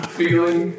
feeling